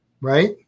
Right